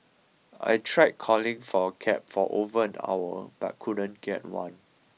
I tried calling for a cab for over an hour but couldn't get one